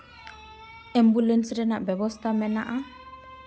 ambulance ᱨᱮᱱᱟᱜ ᱵᱮᱵᱚᱥᱛᱷᱟ ᱢᱮᱱᱟᱜᱼᱟ